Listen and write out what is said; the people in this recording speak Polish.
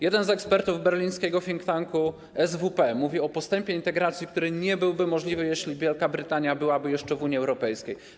Jeden z ekspertów berlińskiego think tanku SWP mówi o postępie integracji, który nie byłby możliwy, jeśli Wielka Brytania byłaby jeszcze w Unii Europejskiej.